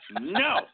no